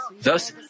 Thus